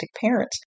parents